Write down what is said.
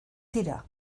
tira